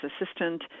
assistant